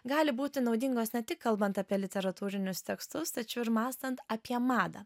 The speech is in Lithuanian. gali būti naudingos ne tik kalbant apie literatūrinius tekstus tačiau ir mąstant apie madą